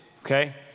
okay